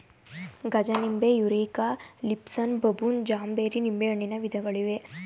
ಗಜನಿಂಬೆ, Eureka, Lisbon, baboon, ಜಾಂಬೇರಿ ನಿಂಬೆಹಣ್ಣಿನ ವಿಧಗಳಿವೆ